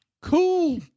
Cool